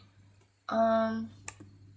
um